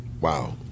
Wow